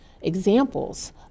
examples